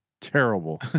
Terrible